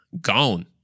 gone